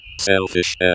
Selfish